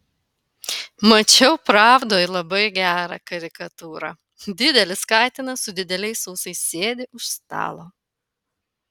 mačiau pravdoj labai gerą karikatūrą didelis katinas su dideliais ūsais sėdi už stalo